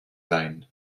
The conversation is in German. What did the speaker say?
sein